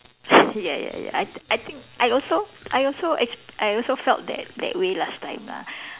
ya ya ya I t~ I think I also I also exp~ I also felt that that way last time lah